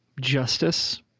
justice